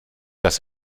das